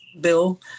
bill